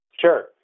Sure